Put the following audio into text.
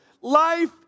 Life